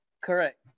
Correct